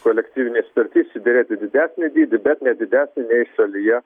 kolektyvinėj sutarty išsiderėti didesnį dydį bet ne didesnį nei šalyje